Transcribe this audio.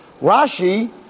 Rashi